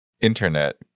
internet